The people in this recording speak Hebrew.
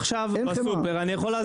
עכשיו בסופר אני יכול להזמין חמאה.